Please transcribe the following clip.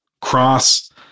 cross